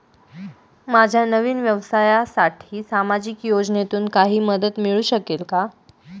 माझ्या नवीन व्यवसायासाठी सामाजिक योजनेतून काही मदत मिळू शकेल का?